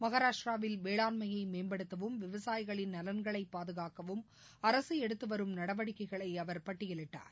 மகாராஷ்டிராவில் வேளாண்மையை மேம்படுத்தவும் விவசாயிகளின் நலன்களை பாதுகாக்கவும் அரசு எடுத்து வரும் நடவடிக்கைகளை அவர் பட்டியலிட்டார்